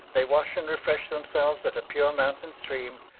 they wash and refresh themselves at a pure mountain stream,